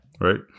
right